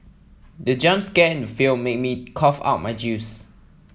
the jump scare in the film made me cough out my juice